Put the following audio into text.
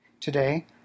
Today